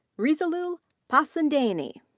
rizalul pasundani.